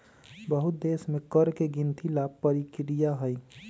बहुत देश में कर के गिनती ला परकिरिया हई